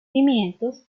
pimientos